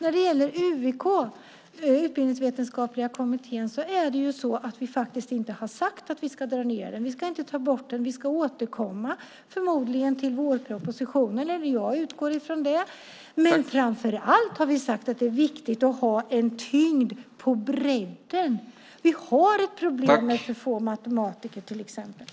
Vi har inte sagt att vi ska dra ned på eller ta bort UVK, Utbildningsvetenskapliga kommittén. Vi ska återkomma, förmodligen i vårpropositionen. Jag utgår från det. Men framför allt har vi sagt att det är viktigt att ha en tyngd på bredden. Vi har ett problem med till exempel för få matematiker.